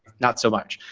not so much.